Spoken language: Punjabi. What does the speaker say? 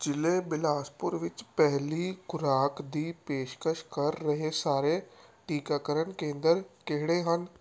ਜ਼ਿਲ੍ਹੇ ਬਿਲਾਸਪੁਰ ਵਿੱਚ ਪਹਿਲੀ ਖੁਰਾਕ ਦੀ ਪੇਸ਼ਕਸ਼ ਕਰ ਰਹੇ ਸਾਰੇ ਟੀਕਾਕਰਨ ਕੇਂਦਰ ਕਿਹੜੇ ਹਨ